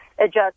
adjust